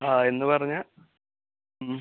ആ എന്ന് പറഞ്ഞാൽ ഉം